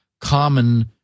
common